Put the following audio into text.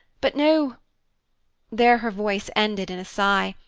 but now there her voice ended in a sigh,